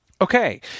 Okay